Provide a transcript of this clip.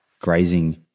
grazing